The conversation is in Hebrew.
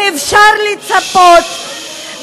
לא רוצים לשמוע את השטויות שלכם בכלל.